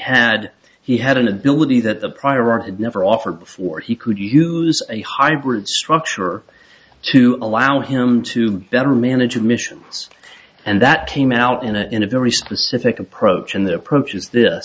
had he had an ability that the prior art had never offered before he could use a hybrid structure to allow him to better manage admissions and that came out in a in a very specific approach and the